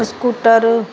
scooter